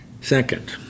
Second